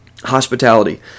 hospitality